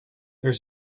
there